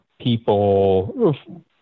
people